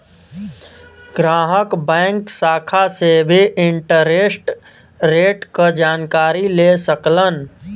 ग्राहक बैंक शाखा से भी इंटरेस्ट रेट क जानकारी ले सकलन